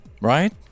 right